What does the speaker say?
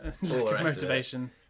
motivation